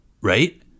right